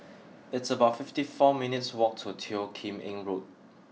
it's about fifty four minutes' walk to Teo Kim Eng Road